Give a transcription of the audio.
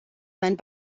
seinen